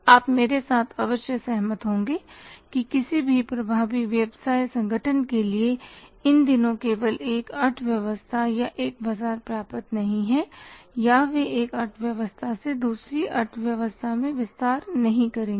आप मेरे साथ अवश्य सहमत होंगे कि किसी भी प्रभावी व्यवसाय संगठन के लिए इन दिनों केवल एक अर्थव्यवस्था या एक बाजार पर्याप्त नहीं है या वे एक अर्थव्यवस्था से दूसरी अर्थव्यवस्था में विस्तार नहीं करेंगे